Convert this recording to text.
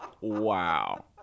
Wow